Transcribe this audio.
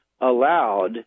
allowed